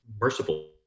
merciful